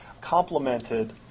complemented